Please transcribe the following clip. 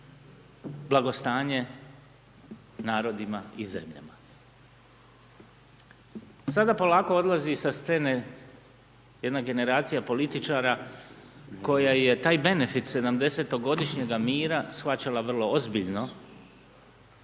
blagostanje narodima i zemljama. Sada polako odlazi sa scene jedna generacija političara koja je taj benefit 70-ogodišnjega mira shvaćala vrlo ozbiljno,